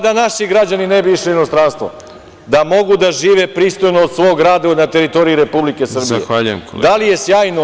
Da naši građani ne bi išli u inostranstvo, da mogu da žive pristojno od svog rada na teritoriji Republike Srbije. (Predsedavajući: Zahvaljujem.) Da li je sjajno?